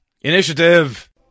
Initiative